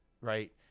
right